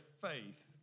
faith